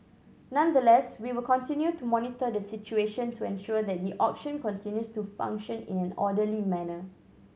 nonetheless we will continue to monitor the situation to ensure that the auction continues to function in an orderly manner